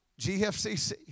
GFCC